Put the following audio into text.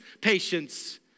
patience